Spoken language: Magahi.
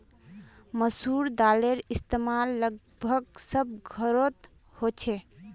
मसूर दालेर इस्तेमाल लगभग सब घोरोत होछे